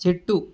చెట్టు